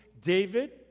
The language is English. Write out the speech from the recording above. David